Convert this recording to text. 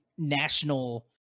National